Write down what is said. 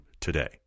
today